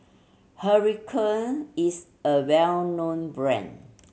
Hiruscar is a well known brand